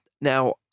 Now